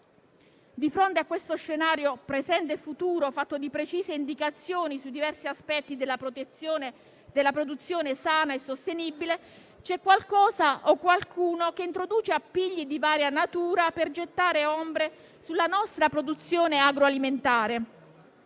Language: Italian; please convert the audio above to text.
Di fronte a questo scenario presente e futuro, fatto di precise indicazioni su diversi aspetti della produzione sana e sostenibile, c'è qualcosa o qualcuno che introduce appigli di varia natura per gettare ombre sulla nostra produzione agroalimentare.